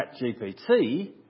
ChatGPT